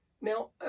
Now